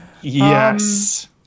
Yes